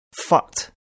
fucked